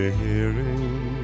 hearing